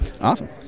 Awesome